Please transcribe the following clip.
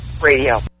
radio